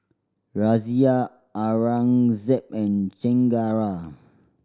Razia Aurangzeb and Chengara